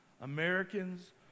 Americans